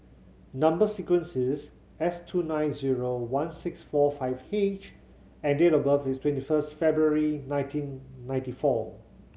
number sequence is S two nine zero one six four five H and date of birth is twenty first February nineteen ninety four